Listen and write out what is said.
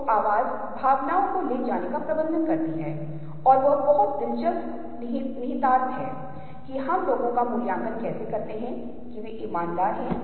हम चीजों को विशिष्ट तरीकों से देखने के लिए उन्मुख हैं और इसलिए आप देखते हैं कि यहाँ उत्तल अथवा अवतल के रूप में व्याख्या की गई है